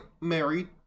married